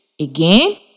again